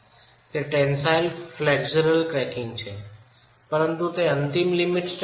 તે tensile flexure cracking છે પરંતુ તે અંતિમ લીમીટ સ્ટેટ નથી